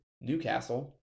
Newcastle